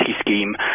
scheme